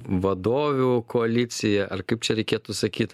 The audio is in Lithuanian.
vadovių koalicija ar kaip čia reikėtų sakyt